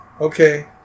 Okay